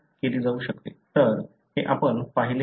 तर हे आपण पाहिले आहे